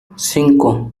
cinco